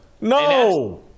no